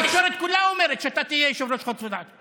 התקשורת כולה אומרת שאתה תהיה יושב-ראש חוץ וביטחון.